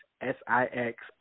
S-I-X